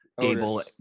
Gable